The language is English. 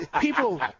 people